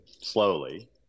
slowly